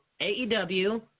AEW